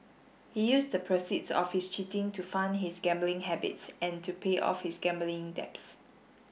he used the proceeds of his cheating to fund his gambling habits and to pay off his gambling debts